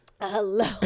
Hello